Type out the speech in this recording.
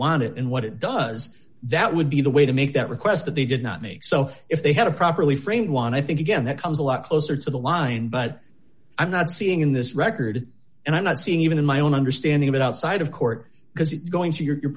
want it and what it does that would be the way to make that request that they did not make so if they had a properly framed want i think again that comes a lot closer to the line but i'm not seeing in this record and i'm not seeing even in my own understanding of it outside of court because you're going to your